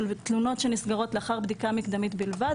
תלונות שנסגרות לאחר בדיקה מקדמית בלבד,